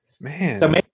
Man